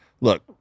look